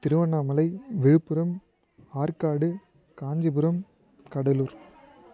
Tiruvannamalai Viluppuram Arcot Kanchipuram Cuddalore